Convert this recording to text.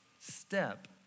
step